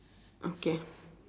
okay